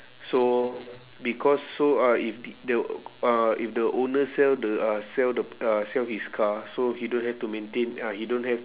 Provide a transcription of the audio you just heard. so because so uh if th~ uh if the owner sell the uh sell the uh sell his car so he don't have to maintain ah he don't have